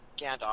Gandalf